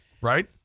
right